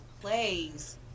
plays